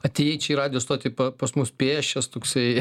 atėjai čia į radijo stotį pas mus pėsčias toksai